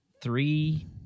three